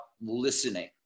listening